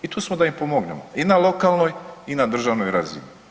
I tu smo da im pomognemo i na lokalnoj i na državnoj razini.